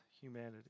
humanity